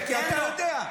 כי אתה יודע,